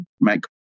make